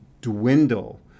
dwindle